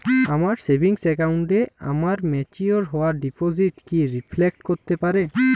আমার সেভিংস অ্যাকাউন্টে আমার ম্যাচিওর হওয়া ডিপোজিট কি রিফ্লেক্ট করতে পারে?